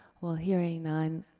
well, hearing none,